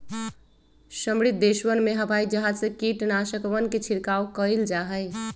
समृद्ध देशवन में हवाई जहाज से कीटनाशकवन के छिड़काव कइल जाहई